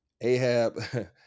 ahab